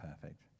perfect